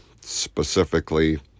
specifically